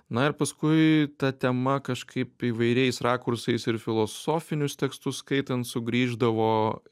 na ir paskui ta tema kažkaip įvairiais rakursais ir filosofinius tekstus skaitant sugrįždavo